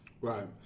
right